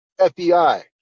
FBI